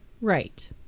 right